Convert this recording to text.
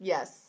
Yes